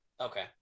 Okay